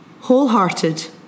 wholehearted